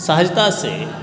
सहजता से